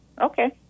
Okay